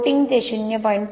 coating ते 0